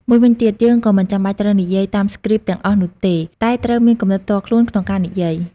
មួយវិញទៀតយើងក៏មិនចាំបាច់ត្រូវនិយាយតាមស្គ្រីបទាំងអស់នោះទេ តែត្រូវមានគំនិតផ្ទាល់ខ្លួនក្នុងការនិយាយ។